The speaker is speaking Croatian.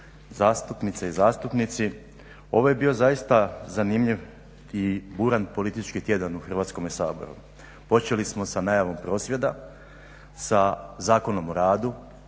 zastupnice i zastupnici. Ovo je bio zaista zanimljiv i buran politički tjedan u Hrvatskome saboru. Počeli smo sa najavom prosvjeda, sa Zakonom o radu,